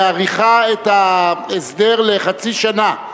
מאריכה את ההסדר לחצי שנה,